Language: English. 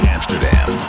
Amsterdam